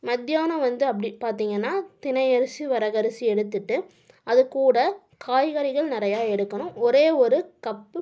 மத்தியானம் வந்து அப்படி பார்த்தீங்கன்னா திணையரிசி வரகரிசி எடுத்துட்டு அது கூட காய்கறிகள் நிறையா எடுக்கணும் ஒரே ஒரு கப்பு